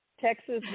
Texas